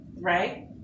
Right